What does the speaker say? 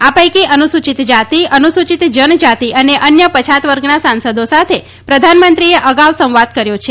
આ પૈકી અનુસૂચિત જાતિ અનુસૂચિત જનજાતિ અને અન્ય પછાત વર્ગના સાંસદો સાથે પ્રધાનમંત્રીએ આ અગાઉ સંવાદ કર્યો છે